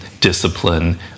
discipline